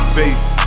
face